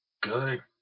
Good